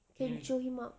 go and jio him out